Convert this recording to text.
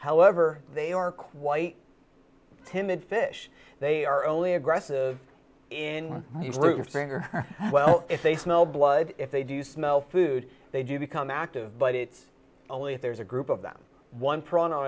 however they are quite timid fish they are only aggressive in groups anger well if they smell blood if they do smell food they do become active but it's only if there's a group of them one prone on